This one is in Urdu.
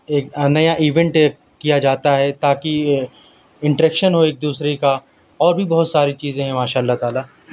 ایک نیا ایونٹ کیا جاتا ہے تاکہ انٹریکشن ہو ایک دوسرے کا اور بھی بہت ساری چیزیں ہیں ماشاء اللہ تعالیٰ